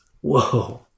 whoa